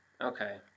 Okay